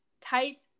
tight